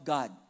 God